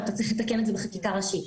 אתה צריך לתקן את זה בחקיקה ראשית.